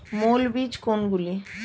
মৌল বীজ কোনগুলি?